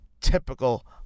typical